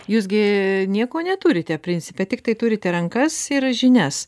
jūs gi nieko neturite principe tiktai turite rankas ir žinias